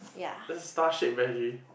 there's a star shape veggie